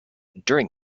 during